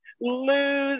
lose